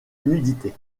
nudité